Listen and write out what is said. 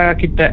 kita